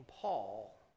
Paul